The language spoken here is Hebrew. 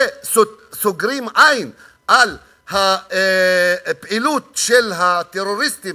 ועוצמים עין על הפעילות של הטרוריסטים